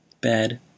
Bad